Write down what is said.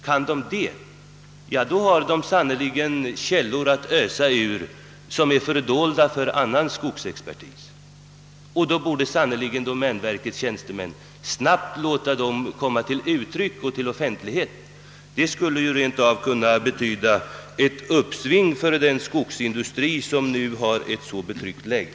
Kan de det, ja då har de sannerligen källor att ösa ur, som är fördolda för annan skogs expertis, och då borde domänverkets tjänstemän sannerligen snabbt låta dem komma till uttryck och till offentligheten. Det skulle rent av betyda ett uppsving för den skogsindustri som nu är i ett så betryckt läge.